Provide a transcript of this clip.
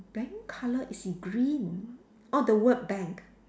bank color is in green orh the word bank